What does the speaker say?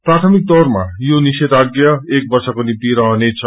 प्राथ्मक तौरमा यो निषेधाज्ञा एक वर्षको निम्ति रहनेछ